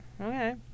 okay